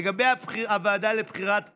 לגבי הוועדה לבחירת קאדים,